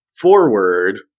forward